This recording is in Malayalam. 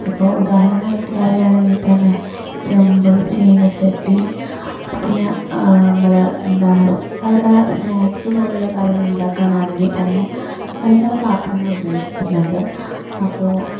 ഇപ്പോൾ ഉദാഹരണമായിട്ട് പറയുകയാണെങ്കിൽ തന്നെ ചെമ്പ് ചീനച്ചട്ടി പിന്നെ നമ്മൾ എന്താണ് പല പല സ്നാക്സ് പോലുള്ള കാര്യങ്ങളുണ്ടാക്കാനാണെങ്കിൽ തന്നെ പലപല പാത്രങ്ങള് ഉപയോഗിക്കുന്നുണ്ട് അപ്പോൾ